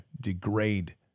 degrade